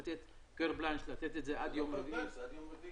לתת עכשיו קארט בלאנש עד יום רביעי --- אבל זה עד יום רביעי.